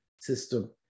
system